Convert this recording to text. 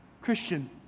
Christian